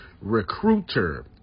Recruiter